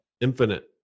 Infinite